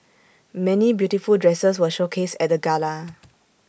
many beautiful dresses were showcased at the gala